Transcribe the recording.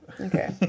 okay